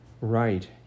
Right